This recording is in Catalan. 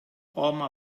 home